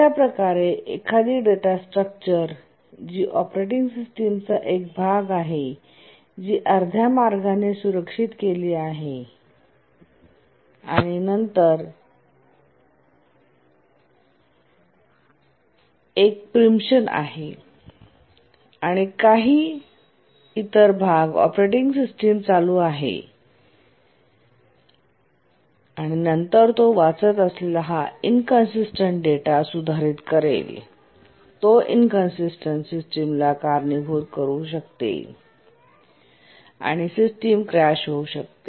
अशाप्रकारे एखादी data structure जी ऑपरेटिंग सिस्टमचा एक भाग आहे जी अर्ध्या मार्गाने सुधारित केली गेली आहे आणि नंतर एक प्रीएम्पशन आहे आणि काही इतर भाग ऑपरेटिंग सिस्टम चालू आहे आणि नंतर तो वाचत असलेला हा इंकंसिस्टन्ट डेटा सुधारित करेल आणि तो इंकंसिस्टन्ट सिस्टमला कारणीभूत ठरू शकते आणि सिस्टम क्रॅश होऊ शकते